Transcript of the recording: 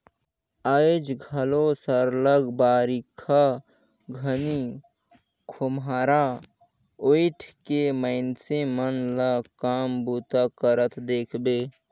आएज घलो सरलग बरिखा घनी खोम्हरा ओएढ़ के मइनसे मन ल काम बूता करत देखबे